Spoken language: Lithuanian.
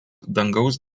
dangaus